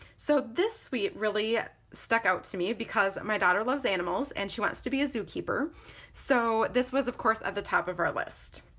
so this one really stuck out to me because my daughter loves animals and she wants to be a zoo keeper so this was of course at the top of our list.